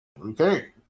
Okay